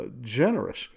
generous